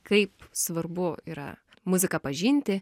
kaip svarbu yra muziką pažinti